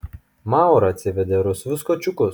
maura atsivedė rusvus kačiukus